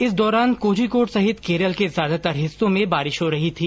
इस दौरान कोझिकोड सहित केरल के ज्यादातार हिस्सों में बारिश हो रही थी